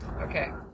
Okay